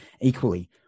equally